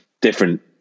different